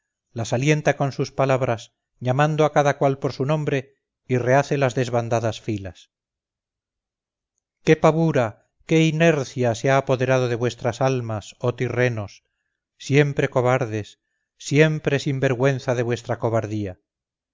las alienta con sus palabras llamando a cada cual por su nombre y rehace las desbandadas filas qué pavura qué inercia se ha apoderado de vuestras almas oh tirrenos siempre cobardes siempre sin vergüenza de vuestra cobardía